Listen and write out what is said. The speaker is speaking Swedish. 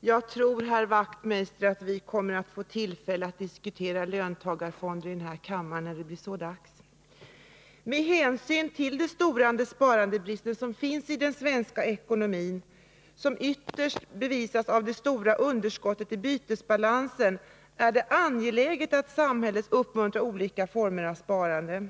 Jag tror, herr Wachtmeister, att vi kommer att få tillfälle att diskutera löntagarfonder i den här kammaren när det blir dags för det. Med hänsyn till de stora sparandebrister som finns i den svenska ekonomin, som ytterst bevisas av det stora underskottet i bytesbalansen, är det angeläget att samhället uppmuntrar olika former av sparande.